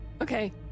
Okay